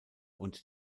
und